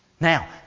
Now